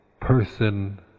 person